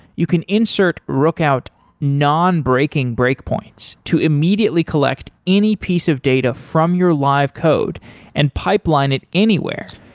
you can insert rookout non-breaking breakpoints to immediately collect any piece of data from your live code and pipeline it anywhere.